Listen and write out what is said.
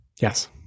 Yes